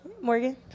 Morgan